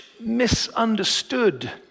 misunderstood